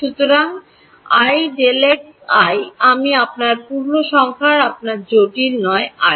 সুতরাং iΔx i আমি আপনার পূর্ণসংখ্যার আপনার জটিল নয় i